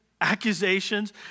Accusations